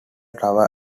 tower